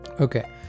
okay